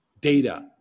Data